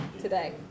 today